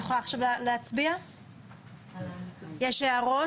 יש הערות?